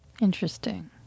Interesting